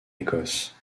écosse